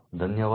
ಧನ್ಯವಾದ